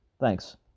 Thanks